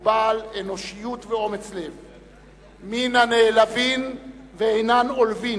ובעל אנושיות ואומץ לב, מן הנעלבים ואינם עולבים,